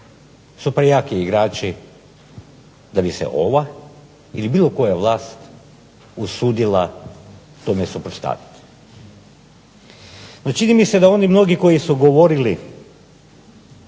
su prejaki igrači da bi se ova ili bilo koja vlast usudila tome suprotstaviti. No, čini mi se da oni mnogi koji su govorili